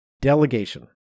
delegation